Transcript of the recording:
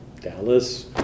Dallas